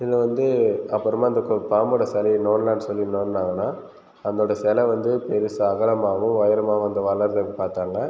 இதில் வந்து அப்புறமா இந்த பாம்போட சிலைய நோண்டலாம்னு சொல்லி நோண்டுனாங்கனா அதோட சிலை வந்து பெருசாக அகலமாகவும் உயரமாகவும் வந்து வளர்வத பார்த்தாங்க